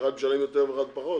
שאחד משלם יותר ואחד פחות?